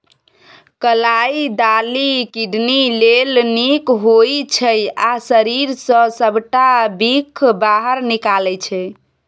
कलाइ दालि किडनी लेल नीक होइ छै आ शरीर सँ सबटा बिख बाहर निकालै छै